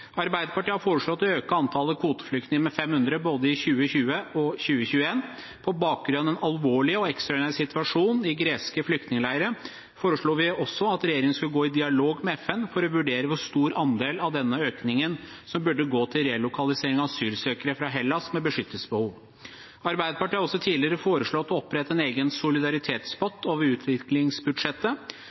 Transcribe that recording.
Arbeiderpartiet har foreslått å øke antallet kvoteflyktninger med 500 både i 2020 og i 2021. På bakgrunn av den alvorlige og ekstraordinære situasjonen i greske flyktningleirer foreslo vi også at regjeringen skulle gå i dialog med FN for å vurdere hvor stor andel av denne økningen som burde gå til relokalisering av asylsøkere fra Hellas med beskyttelsesbehov. Arbeiderpartiet har også tidligere foreslått å opprette en egen solidaritetspott over utviklingsbudsjettet.